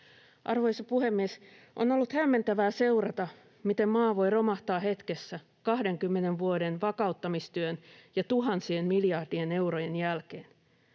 Arvoisa puhemies! On ollut hämmentävää seurata, miten maa voi romahtaa hetkessä 20 vuoden vakauttamistyön ja tuhansien miljardien eurojen jälkeen.